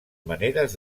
maneres